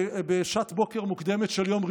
בשעת בוקר מוקדמת של יום ראשון,